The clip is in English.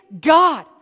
God